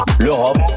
L'Europe